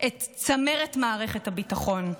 את צמרת מערכת הביטחון?